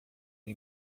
ele